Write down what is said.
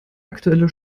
aktuelle